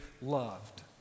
loved